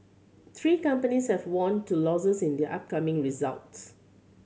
three companies have warned to losses in the upcoming results